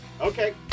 Okay